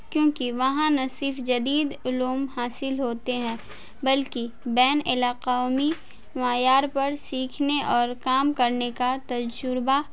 کیونکہ وہاں نہ صرف جدید علوم حاصل ہوتے ہیں بلکہ بین الاقوامی معیار پر سیکھنے اور کام کرنے کا تجربہ